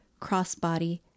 Crossbody